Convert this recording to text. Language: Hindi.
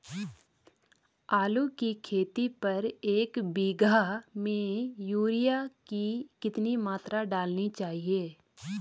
आलू की खेती पर एक बीघा में यूरिया की कितनी मात्रा डालनी चाहिए?